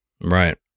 Right